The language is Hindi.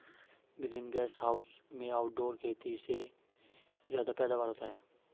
ग्रीन गैस हाउस में आउटडोर खेती से ज्यादा पैदावार होता है